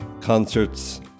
concerts